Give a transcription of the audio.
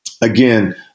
again